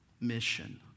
mission